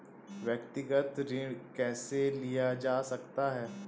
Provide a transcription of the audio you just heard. व्यक्तिगत ऋण कैसे लिया जा सकता है?